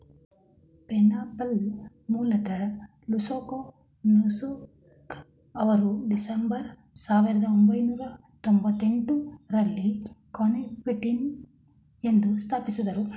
PayPal ಮೂಲತಃ Luke Nosek ಅವರು December ಸಾವಿರದ ಒಂಬೈನೂರ ತೊಂಭತ್ತೆಂಟು ರಲ್ಲಿ ಕಾನ್ಫಿನಿಟಿ ಎಂದು ಸ್ಥಾಪಿಸಿದ್ದ್ರು